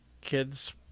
kids